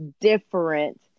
different